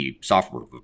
software